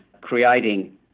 creating